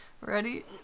Ready